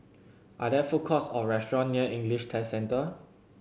are there food courts or restaurants near English Test Centre